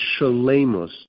shalemus